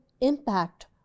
impact